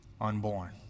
unborn